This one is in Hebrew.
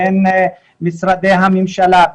בין משרדי הממשלה,